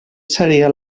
seria